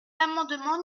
l’amendement